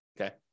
okay